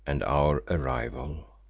and our arrival.